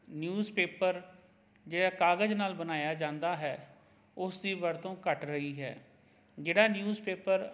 news paper ਜਿਹੜਾ ਕਾਗਜ਼ ਨਾਲ ਬਣਾਇਆ ਜਾਂਦਾ ਹੈ ਉਸ ਦੀ ਵਰਤੋਂ ਘੱਟ ਰਹੀ ਹੈ ਜਿਹੜਾ ਨਿਊਜ਼ ਪੇਪਰ